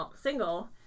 single